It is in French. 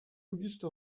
auguste